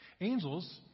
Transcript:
Angels